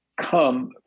come